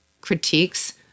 critiques